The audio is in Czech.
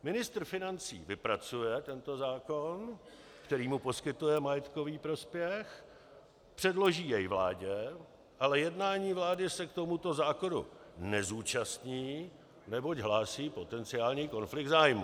Ministr financí vypracuje tento zákon, který mu poskytuje majetkový prospěch, předloží jej vládě, ale jednání vlády k tomuto zákonu se nezúčastní, neboť hlásí potenciální konflikt zájmů.